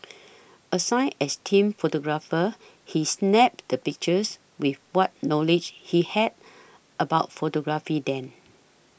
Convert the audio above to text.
assigned as team photographer he snapped the pictures with what knowledge he had about photography then